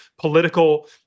political